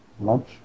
Lunch